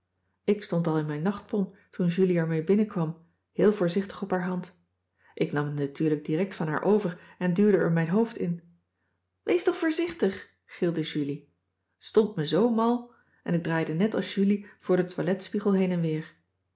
ik stond al in mijn nachtpon toen julie er mee binnenkwam heel voorzichtig op haar hand ik nam het natuurlijk direct van haar over en duwde er mijn hoofd in wees toch voorzichtig gilde julie t stond me zoo mal en ik draaide net als julie voor den toiletspiegel heen en weer